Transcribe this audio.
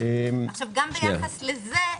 גם ביחס לזה,